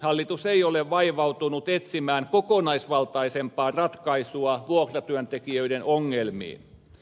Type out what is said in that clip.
hallitus ei ole vaivautunut etsimään kokonaisvaltaisempaa ratkaisua vuokratyöntekijöiden ongelmiin